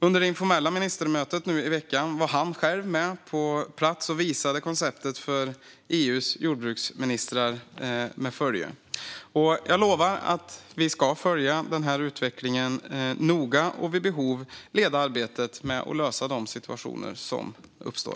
Under det informella ministermötet nu i veckan var han med på plats och visade konceptet för EU:s jordbruksministrar med följe. Jag lovar att vi ska följa denna utveckling noga och vid behov leda arbetet med att lösa de situationer som uppstår.